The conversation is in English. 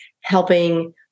helping